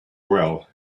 well